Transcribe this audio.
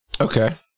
Okay